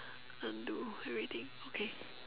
undo everything okay